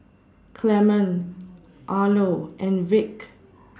Clemon Arlo and Vic